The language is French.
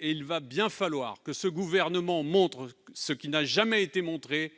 Il va bien falloir que ce gouvernement fasse ce qui n'a jamais été fait en s'attaquant